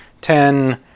Ten